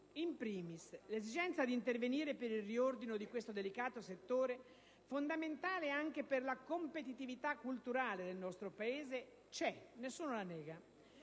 *In primis* l'esigenza di intervenire per il riordino di questo delicato settore, fondamentale anche per la competitività culturale del nostro Paese, c'è, nessuno la nega,